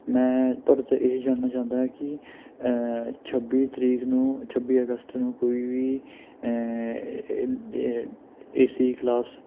ਮੈਂ ਤੁਹਾਡੇ ਤੋਂ ਇਹੀ ਜਾਣਨਾ ਚਾਹੁੰਦਾ ਹਾਂ ਕਿ ਛੱਬੀ ਤਰੀਕ ਨੂੰ ਛੱਬੀ ਅਗਸਤ ਨੂੰ ਕੋਈ ਵੀ ਏ ਸੀ ਕਲਾਸ